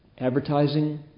Advertising